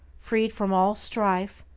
freed from all strife,